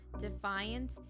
defiance